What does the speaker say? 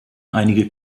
einigen